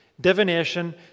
divination